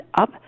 up